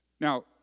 Now